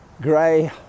grey